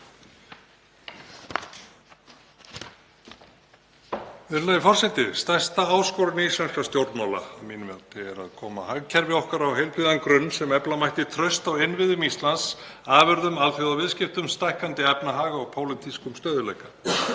mati að koma hagkerfi okkar á heilbrigðan grunn sem efla mætti traust á innviðum Íslands, afurðum, alþjóðaviðskiptum, stækkandi efnahag og pólitískum stöðugleika.